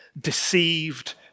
deceived